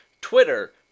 Twitter